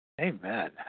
Amen